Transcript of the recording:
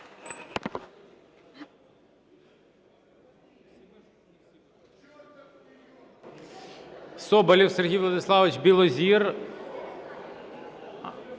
Соболєв Сергій Владиславович. Білозір.